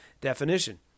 definition